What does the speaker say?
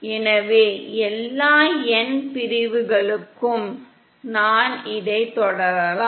எனவே எல்லா n பிரிவுகளுக்கும் நான் இதைத் தொடரலாம்